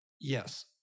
Yes